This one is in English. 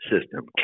system